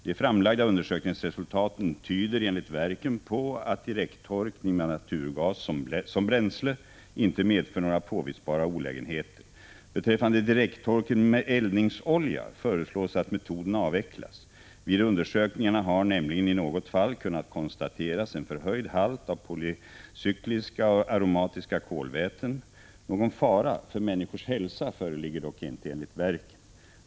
De framlagda undersökningsresultaten tyder enligt verken på att direkttorkning med naturgas som bränsle inte medför några påvisbara olägenheter. Beträffande direkttorkning med eldningsolja föreslås att metoden avvecklas. Vid undersökningarna har nämligen i något fall kunnat konstateras en förhöjd halt av polycykliska aromatiska kolväten. Någon fara för människors hälsa föreligger dock inte enligt verken.